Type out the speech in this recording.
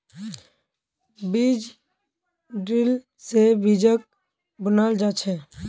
बीज ड्रिल से बीजक बुनाल जा छे